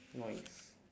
nice